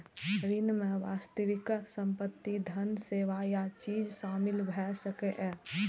ऋण मे वास्तविक संपत्ति, धन, सेवा या चीज शामिल भए सकैए